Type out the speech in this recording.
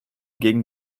ging